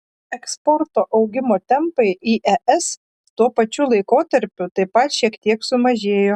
eksporto augimo tempai į es tuo pačiu laikotarpiu taip pat šiek tiek sumažėjo